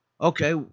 Okay